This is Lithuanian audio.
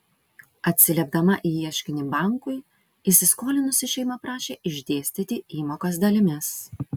atsiliepdama į ieškinį bankui įsiskolinusi šeima prašė išdėstyti įmokas dalimis